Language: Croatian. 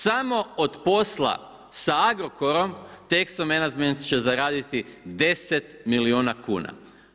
Samo od posla sa Agrokorom Texo Management će zaraditi 10 milijuna kuna.